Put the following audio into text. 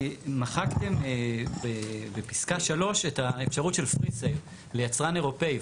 מחקתם בפסקה 3 את האפשרות של Presale ליצרן אירופי.